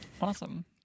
awesome